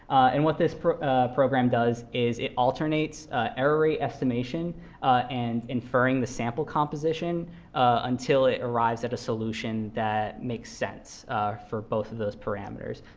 and what this program does is it alternates error rate estimation and inferring the sample composition until it arrives at a solution that makes sense for both of those parameters.